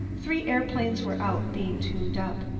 three aeroplanes were out, being tuned up.